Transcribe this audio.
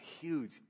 huge